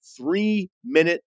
three-minute